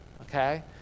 okay